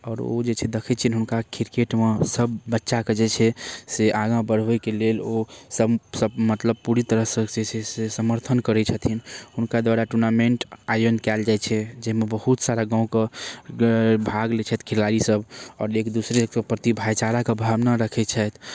आओर ओ जे छै देखै छिअनि हुनका किरकेटमे सभ बच्चाके जे छै से आगाँ बढ़बैके लेल ओ सम सभ मतलब पूरी तरहसँ जे छै से समर्थन करै छथिन हुनका द्वारा टूर्नामेन्ट आयोजन कएल जाइ छै जाहिमे बहुत सारा गामके भाग लै छथि खेलाड़ीसभ आओर एक दोसराके प्रति भाइचाराके भावना रखै छथि